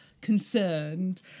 concerned